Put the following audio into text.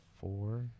four